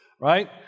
right